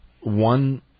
one